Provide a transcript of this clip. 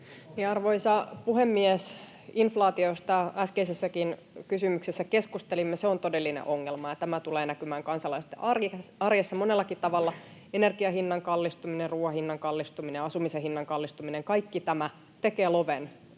Arvoisa puhemies! Inflaatiosta äskeisessäkin kysymyksessä keskustelimme. Se on todellinen ongelma, ja tämä tulee näkymään kansalaisten arjessa monellakin tavalla. Energian hinnan kallistuminen, ruuan hinnan kallistuminen ja asumisen hinnan kallistuminen, kaikki tämä tekee loven